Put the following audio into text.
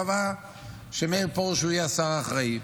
קבעה שמאיר פרוש יהיה השר האחראי.